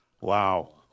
Wow